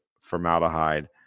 formaldehyde